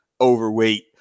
overweight